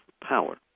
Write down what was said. power